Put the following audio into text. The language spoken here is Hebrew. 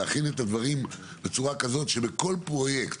להכין את הדברים בצורה כזאת שבכול פרויקט